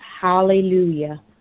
hallelujah